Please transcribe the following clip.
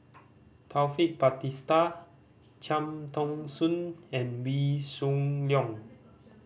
Taufik Batisah Cham Ton Soon and Wee Shoo Leong